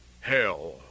Hell